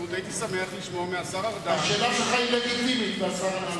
בגלל יחסיה הבין-לאומיים של מדינת ישראל,